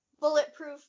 bulletproof